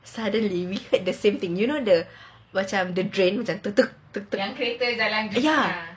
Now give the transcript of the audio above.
suddenly we heard the same thing you know the macam the drain ya